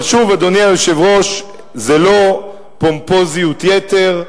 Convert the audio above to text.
אבל שוב, אדוני היושב-ראש, זה לא פומפוזיות יתר,